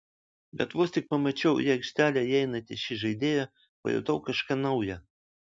bet vos tik pamačiau į aikštelę įeinantį šį žaidėją pajutau kažką nauja